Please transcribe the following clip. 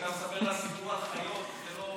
אתה מספר לה סיפור על חיות חיות ולא,